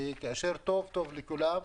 כי כאשר טוב, טוב לכולם,